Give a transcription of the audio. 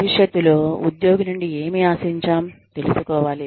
భవిష్యత్తులో ఉద్యోగి నుండి ఏమి ఆశించాం తెలుసుకోవాలి